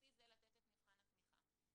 ולפי זה לתת את מבחן התמיכה.